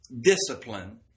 discipline